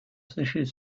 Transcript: sécher